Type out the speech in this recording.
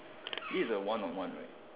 this is a one on one right